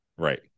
Right